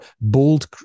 bold